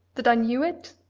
that i knew it?